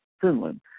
Finland